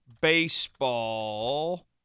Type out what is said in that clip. baseball